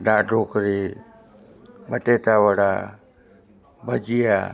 દાળઢોકળી batata vada ભજીયા